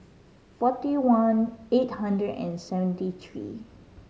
forty one eight hundred and seventy three